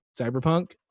cyberpunk